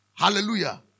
Hallelujah